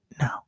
No